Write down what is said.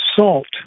assault